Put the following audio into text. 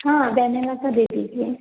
हाँ वेनेला का दे दीजिए